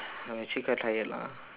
I'm actually quite tired lah